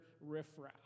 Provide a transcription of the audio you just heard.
riffraff